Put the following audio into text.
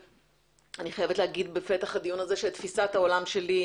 אני חייבת לומר בפתח הדיון הזה שתפיסת העולם שלי,